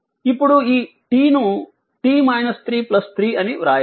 ఇప్పుడు ఈ t ను t 3 3 అని వ్రాయవచ్చు